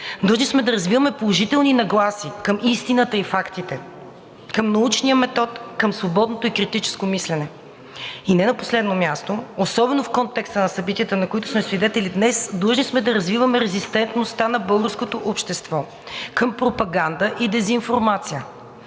Длъжни сме да развиваме положителни нагласи към истината и фактите, към научния метод, към свободното и критическото мислене. И не на последно място, особено в контекста на събитията, на които сме свидетели днес, длъжни сме да развиваме резистентността на българското общество към пропаганда и дезинформация,